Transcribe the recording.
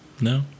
no